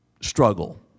struggle